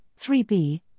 3b